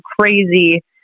crazy